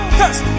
cause